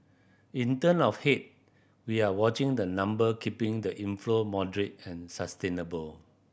in term of head we are watching the number keeping the inflow moderate and sustainable